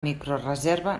microreserva